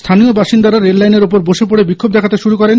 স্হানীয় বাসিন্দারা রেল লাইনের ওপর বসে পড়ে বিক্ষোভ দেখাতে শুরু করেন